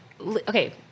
okay